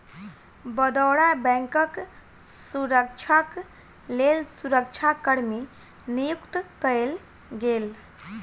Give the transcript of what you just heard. बड़ौदा बैंकक सुरक्षाक लेल सुरक्षा कर्मी नियुक्त कएल गेल